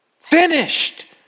Finished